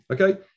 Okay